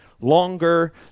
longer